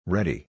Ready